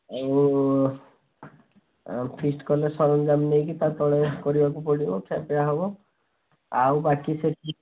ଆଉ ଫିଷ୍ଟ୍ କଲେ ସରଞ୍ଜାମ ନେଇକି ତା ତଳେ କରିବାକୁ ପଡ଼ିବ ଖିଆପିଆ ହେବ ଆଉ ବାକି ସେଇଠି